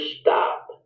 stop